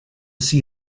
see